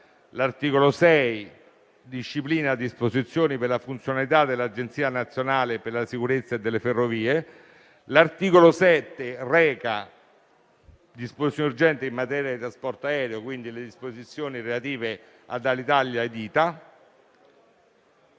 L'articolo 6 disciplina disposizioni per la funzionalità dell'Agenzia nazionale per la sicurezza delle ferrovie. L'articolo 7 reca disposizioni urgenti in materia di trasporto aereo, quindi relative ad Alitalia e